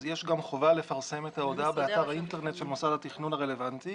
יש חובה לפרסם את ההודעה גם באתר האינטרנט של מוסד התכנון הרלוונטי.